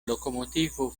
lokomotivo